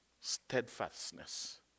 steadfastness